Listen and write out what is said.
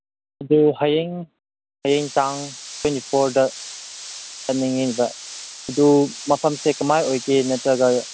ꯑꯗꯨ ꯍꯌꯦꯡ ꯍꯌꯦꯡ ꯇꯥꯡ ꯇ꯭ꯋꯦꯟꯇꯤ ꯐꯣꯔꯗ ꯆꯠꯅꯤꯡꯂꯤꯕ ꯑꯗꯨ ꯃꯐꯝꯁꯤ ꯀꯃꯥꯏꯅ ꯑꯣꯏꯒꯦ ꯅꯠꯇ꯭ꯔꯒ